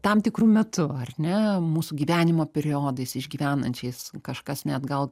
tam tikru metu ar ne mūsų gyvenimo periodais išgyvenančiais kažkas net gal